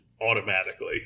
automatically